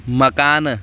مکانہٕ